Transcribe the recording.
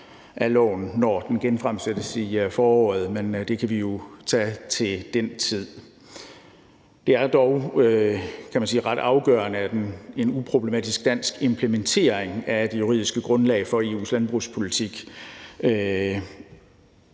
af lovforslaget, når det genfremsættes i foråret, men det kan vi jo tage til den tid. Det er dog – kan man sige – ret afgørende, at en uproblematisk dansk implementering af det juridiske grundlag for EU's landbrugspolitik